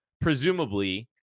presumably